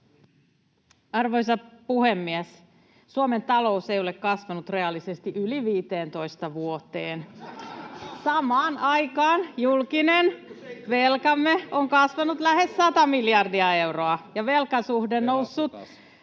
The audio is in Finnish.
Arvoisa puhemies! Suomen talous ei ole kasvanut yli 15 vuoteen. Samaan aikaan julkinen velkamme on kasvanut lähes sata miljardia euroa. Velkasuhteemme on noussut